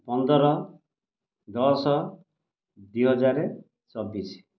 ପନ୍ଦର ଦଶ ଦୁଇ ହଜାରେ ଚବିଶି